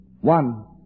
one